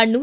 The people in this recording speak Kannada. ಹಣ್ಣು